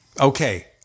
okay